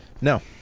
No